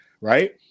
right